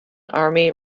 army